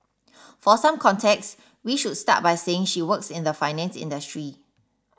for some context we should start by saying she works in the finance industry